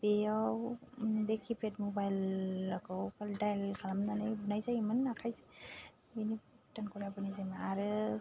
बेयाव बे किपेड मबाइलखौ डाइल खालामनानै बुनायजायोमोन आरो